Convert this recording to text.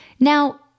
Now